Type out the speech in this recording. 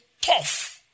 tough